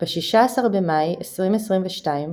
ב-16 במאי 2022,